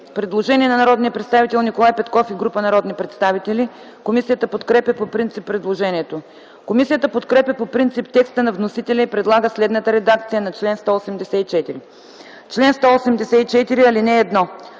предложение на народния представител Николай Петков и група народни представители. Комисията подкрепя по принцип предложението. Комисията подкрепя по принцип текста на вносителя и предлага следната редакция на чл. 183: „Чл. 183. (1) Който